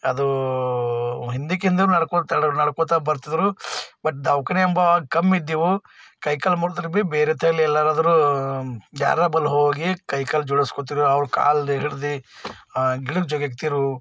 ಅದು ಹಿಂದಕ್ಕಿಂದು ನಡ್ಕೊಳ್ತಾಯಿದ್ರು ನಡ್ಕೊತಾ ಬರ್ತಿದ್ರು ಬಟ್ ದವಾಖಾನೆ ಎಂಬ ಕಮ್ಮಿ ಇದ್ದಿದ್ವು ಕೈಕಾಲು ಮುರಿದ್ರು ಭೀ ಬೇರೆ ತಲ ಎಲ್ಲರಾದ್ರೂ ಯಾರ ಬಲ್ಲಿ ಹೋಗಿ ಕೈಕಾಲು ಜೋಡಿಸ್ಕೊಳ್ತಿರು ಅವ್ರು ಕಾಲದು ಹಿಡ್ದು ಗಿಡಕ್ಕೆ ಜೊಗೆಗ್ತಿರು